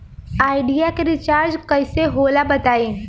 Idea के recharge कइसे होला बताई?